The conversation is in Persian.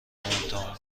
امتحان